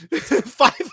five